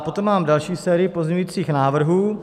Potom mám další sérii pozměňovacích návrhů.